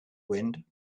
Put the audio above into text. wind